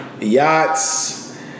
yachts